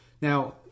Now